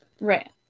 Right